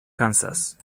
kansas